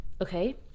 okay